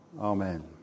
Amen